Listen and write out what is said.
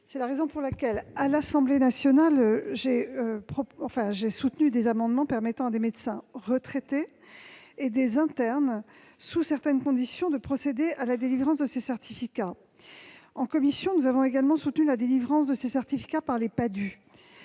C'est la raison pour laquelle, à l'Assemblée nationale, j'ai soutenu des amendements permettant à des médecins retraités et des internes, sous certaines conditions, de procéder à la délivrance de ce certificat. En commission, nous avons également soutenu la délivrance de ces certificats par les Padhue.